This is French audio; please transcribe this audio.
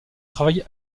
travaille